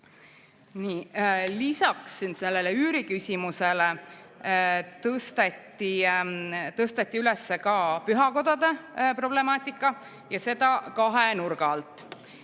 Lisaks üüriküsimusele tõsteti üles ka pühakodade problemaatika ja seda kahe nurga alt.